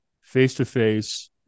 face-to-face